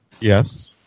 Yes